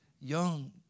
young